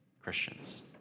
Christians